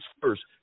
first